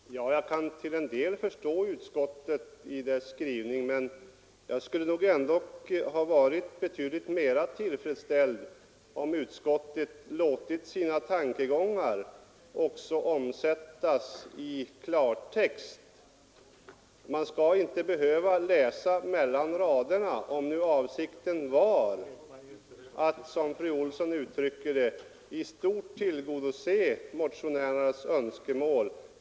Fru talman! Jag kan till en del förstå utskottet i dess skrivning, men jag skulle ha varit betydligt mera tillfredsställd om utskottet låtit sina tankegångar omsättas i klartext. Man skall inte behöva läsa mellan raderna, om nu avsikten är att, som fru Olsson i Hölö uttrycker det, i stort tillgodose motionärernas önskemål.